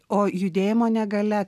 o judėjimo negalia